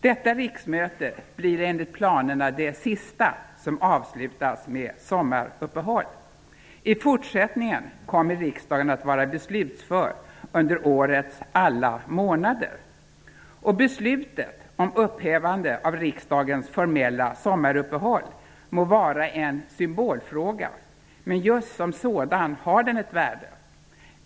Detta riksmöte blir enligt planerna det sista som avslutas med sommaruppehåll. I fortsättningen kommer riksdagen att vara beslutsför under årets alla månader. Beslutet om upphävande av riksdagens formella sommaruppehåll må vara en symbolfråga, men just som sådan har den ett värde.